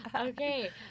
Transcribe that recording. Okay